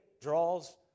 draws